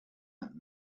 that